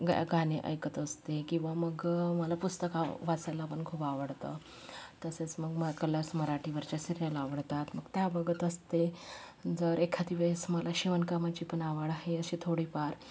गाणे ऐकत असते किंवा मग मला पुस्तक वाचायला पण खूप आवडतं तसेच मग कलर्स मराठीवरच्या सिरिअल्स आवडतात मग त्या बघत असते जर एखादी वेळेस मला शिवणकामाची पण आवड आहे अशी थोडीफार